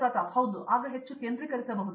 ಪ್ರತಾಪ್ ಹರಿದಾಸ್ ಅವರು ಹೆಚ್ಚು ಕೇಂದ್ರೀಕರಿಸಬಹುದು